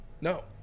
No